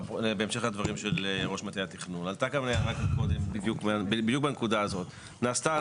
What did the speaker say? בעלים --- השאלה עד כמה התופעה הזאת --- מבדיקה שאנחנו עשינו,